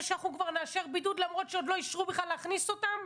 שאנחנו כבר נאשר בידוד למרות שעוד לא אישרו בכלל להכניס אותן?